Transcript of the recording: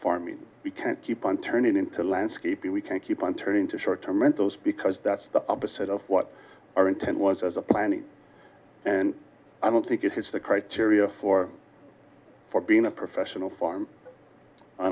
keep on turning into landscaping we can keep on turning to short term rentals because that's the opposite of what our intent was as a planning and i don't think it has the criteria for for being a professional farm i